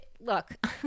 look